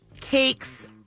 cakes